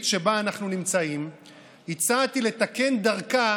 שבה אנחנו נמצאים הצעתי לתקן דרכה